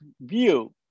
view